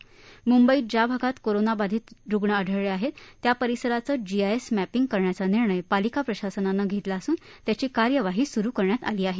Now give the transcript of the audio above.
म्ंबईच्या ज्या भागात करोना बाधित रुग्ण आढळून आले आहेत त्या परिसरांचं जीआयएस मॅपिंग करण्याचा निर्णय पालिका प्रशासनानं घेतला असून त्याची कार्यवाही सुरू करण्यात आली आहे